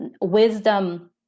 wisdom